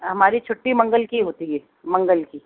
ہماری چھٹی منگل کی ہوتی ہے منگل کی